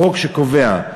חוק שקובע,